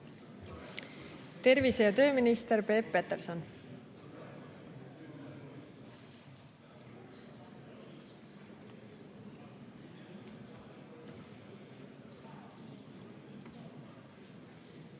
Tervise- ja tööminister Peep Peterson.